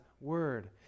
word